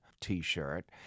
T-shirt